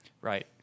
Right